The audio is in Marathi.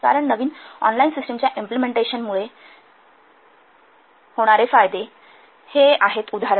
कारण नवीन ऑनलाइन सिस्टिमच्या इम्पलेमेंटेशनमुळे ही आहेत उदाहरणे